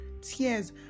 tears